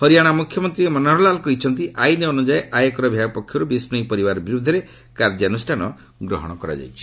ହରିଆଣା ମୁଖ୍ୟମନ୍ତ୍ରୀ ମନୋହର ଲାଲ କହିଛନ୍ତି ଆଇନ୍ ଅନୁଯାୟୀ ଆୟକର ବିଭାଗ ପକ୍ଷରୁ ବିଷ୍ଣୋୟି ପରିବାର ବିରୁଦ୍ଧରେ କାର୍ଯ୍ୟାନୁଷ୍ଠାନ ଗ୍ରହଣ କରାଯାଇଛି